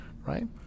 right